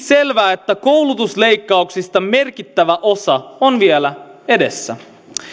selvää että koulutusleikkauksista merkittävä osa on vielä edessä